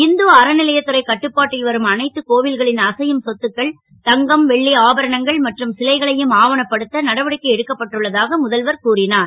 இந்து அற லையத்துறை கட்டுப்பாட்டில் வரும் அனைத்து கோவில்களின் அசையும் சொத்துக்கள் தங்கம் வெள்ளி அபரணங்கள் மற்றும் சிலைகளையும் ஆவணப்படுத்த நடவடிக்கை எடுக்கப்பட்டுள்ளதாக முதல்வர் கூறினார்